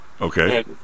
Okay